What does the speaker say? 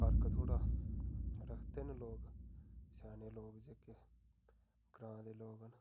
फर्क थोह्ड़ा रखदे न लोक स्याने लोक जेह्के ग्रांऽ दे लोक न